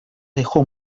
dejó